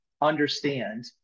understand